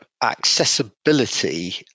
accessibility